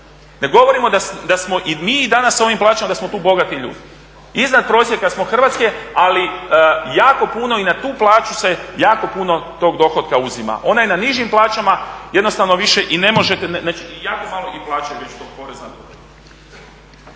Ne govorimo da smo i mi danas s ovim plaćama da smo tu bogati ljudi. Iznad prosjeka smo Hrvatske ali jako puno i na tu plaću, se jako puno tog dohotka uzima. One na nižim plaćama jednostavno više i ne možete …/Govornik isključen./…